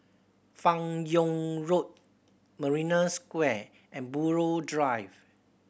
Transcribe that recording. Fan Yoong Road Marina Square and Buroh Drive